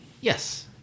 Yes